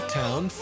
town